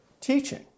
teaching